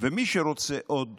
ומי שרוצה עוד